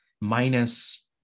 minus